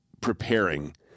preparing